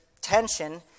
tension